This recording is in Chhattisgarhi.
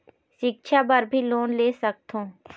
सिक्छा बर भी लोन ले सकथों?